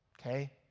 okay